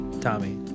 Tommy